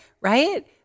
right